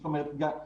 זאת אומרת,